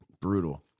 Brutal